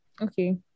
Okay